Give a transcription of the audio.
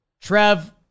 Trev